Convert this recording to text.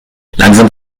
langsam